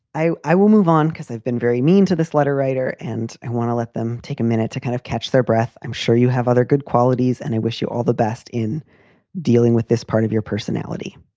i i will move on because i've been very mean to this letter writer and i want to let them take a minute to kind of catch their breath. i'm sure you have other good qualities and i wish you all the best in dealing with this part of your personality.